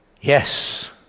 yes